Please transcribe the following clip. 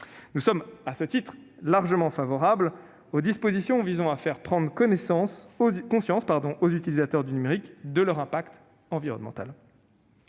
Nous sommes, à ce titre, largement favorables aux dispositions visant à faire prendre conscience aux utilisateurs du numérique de leur impact environnemental.